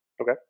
Okay